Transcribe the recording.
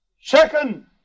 Second